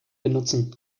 benutzen